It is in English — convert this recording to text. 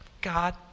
God